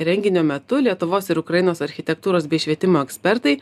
renginio metu lietuvos ir ukrainos architektūros bei švietimo ekspertai